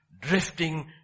Drifting